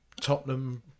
Tottenham